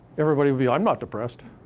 everybody would be, i'm not depressed.